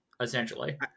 essentially